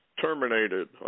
terminated